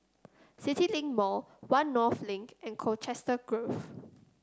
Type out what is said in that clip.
CityLink Mall One North Link and Colchester Grove